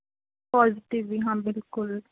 positive ਵੀ ਹਾਂ ਬਿਲਕੁਲ